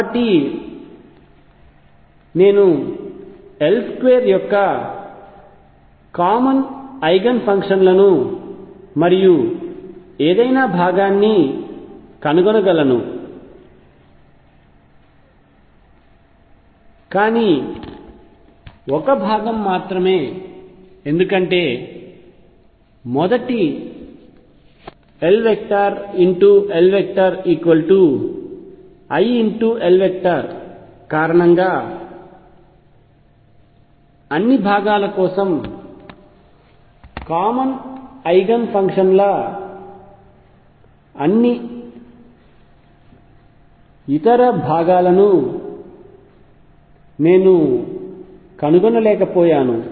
కాబట్టి నేను L2 యొక్క కామన్ ఐగెన్ ఫంక్షన్లను మరియు ఏదైనా భాగాన్ని కనుగొనగలను కానీ ఒక భాగం మాత్రమే ఎందుకంటే మొదటి LLiL కారణంగా అన్ని భాగాల కోసం కామన్ ఐగెన్ ఫంక్షన్ల అన్ని ఇతర భాగాలను నేను కనుగొనలేకపోయాను